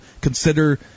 consider